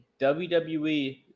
WWE